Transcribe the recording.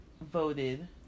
voted